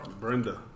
Brenda